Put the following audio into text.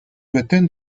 within